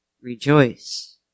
rejoice